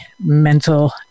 mental